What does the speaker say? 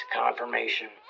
confirmation